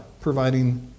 providing